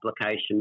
application